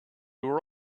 were